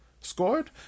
scored